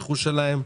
ברוך השם,